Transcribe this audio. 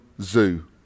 zoo